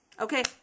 okay